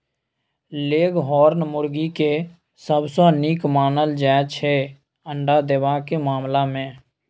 leghorn मुरगी केँ सबसँ नीक मानल जाइ छै अंडा देबाक मामला मे